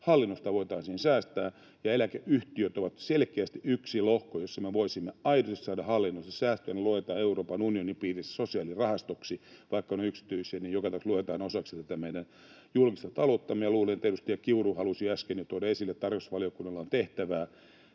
hallinnosta voitaisiin säästää, ja eläkeyhtiöt ovat selkeästi yksi lohko, jossa me voisimme aidosti saada hallinnollisia säästöjä. Ne luetaan Euroopan unionin piirissä sosiaalirahastoksi — vaikka ne ovat yksityisiä, joka tapauksessa ne luetaan osaksi tätä meidän julkista talouttamme. Niin kuin edustaja Kiuru halusi äsken jo tuoda esille, että tarkastusvaliokunnalla on tehtävää